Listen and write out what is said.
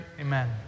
Amen